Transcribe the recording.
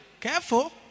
Careful